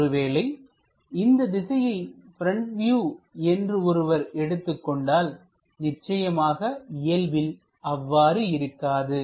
ஒருவேளை இந்த திசையை ப்ரெண்ட் வியூ என்று ஒருவர் எடுத்துக் கொண்டால் நிச்சயமாக இயல்பில் அவ்வாறு இருக்காது